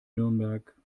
nürnberg